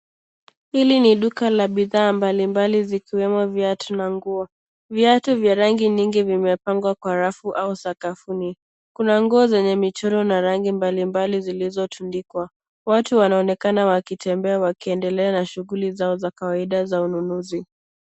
Hili ni duka la bidhaa mbali mbali, zikiwemo viatu na nguo. Viatu vya rangi mingi vimepangwa kwa rafu au sakafuni. Kuna nguo zenye michoro na rangi mbali mbali zilizotundikwa. Watu wanaonekana wakitembea wakiendelea na shughuli zao za kawaida za ununuzi.